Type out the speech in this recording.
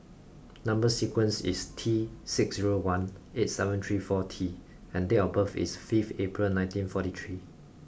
number sequence is T six zero one eight seven three four T and date of birth is five April nineteen forty three